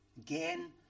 Again